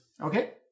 Okay